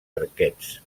arquets